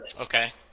Okay